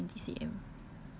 but that is not twenty C_M